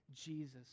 Jesus